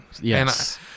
Yes